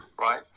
Right